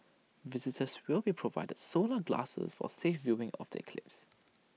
visitors will be provided solar glasses for safe viewing of the eclipse